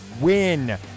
win